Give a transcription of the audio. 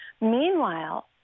Meanwhile